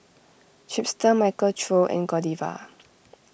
Chipster Michael Trio and Godiva